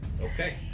Okay